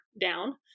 down